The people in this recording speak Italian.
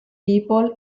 people